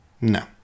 No